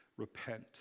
Repent